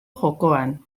jokoan